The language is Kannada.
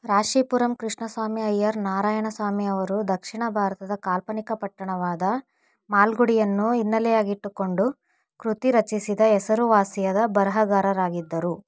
ರಾಶಿಪುರಂ ಕೃಷ್ಣಸ್ವಾಮಿ ಅಯ್ಯರ್ ನಾರಾಯಣಸ್ವಾಮಿ ಅವರು ದಕ್ಷಿಣ ಭಾರತದ ಕಾಲ್ಪನಿಕ ಪಟ್ಟಣವಾದ ಮಾಲ್ಗುಡಿಯನ್ನು ಹಿನ್ನಲೆಯಾಗಿಟ್ಟುಕೊಂಡು ಕೃತಿ ರಚಿಸಿದ ಹೆಸರುವಾಸಿಯಾದ ಬರಹಗಾರರಾಗಿದ್ದರು